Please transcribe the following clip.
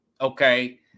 Okay